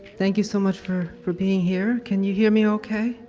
thank you so much for for being here. can you hear me okay?